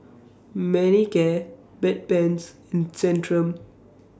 Manicare Bedpans and Centrum